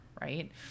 right